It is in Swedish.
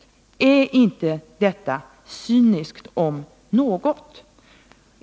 Är inte detta cyniskt, om något?